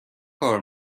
کار